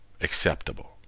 acceptable